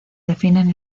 definen